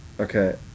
okay